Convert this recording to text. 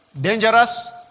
dangerous